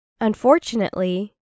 Unfortunately